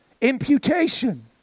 Imputation